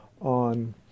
on